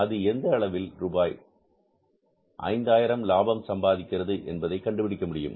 அது எந்த அளவில் லாபம்ரூபாய் 5 ஆயிரம் சம்பாதிக்கிறது என்பதை கண்டுபிடிக்க முடியும்